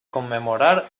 commemorar